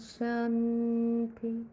Shanti